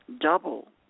double